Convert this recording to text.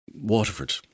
Waterford